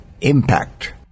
impact